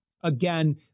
again